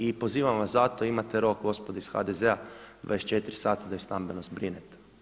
I pozivam vas zato imate rok gospodo iz HDZ-a 24 sata da je stambeno zbrinete.